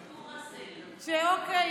אוקיי,